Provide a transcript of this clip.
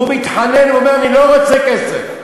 והוא מתחנן ואומר: אני לא רוצה כסף,